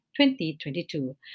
2022